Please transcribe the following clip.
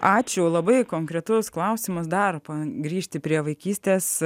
ačiū labai konkretus klausimas darbą grįžti prie vaikystės